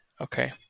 Okay